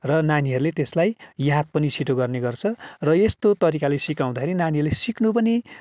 र नानीहरूले त्यसलाई याद पनि छिटो गर्ने गर्छन् र यस्तो तरिकाले सिकाउँदाखेरि नानीहरूले सिक्नु पनि